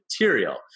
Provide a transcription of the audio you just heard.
material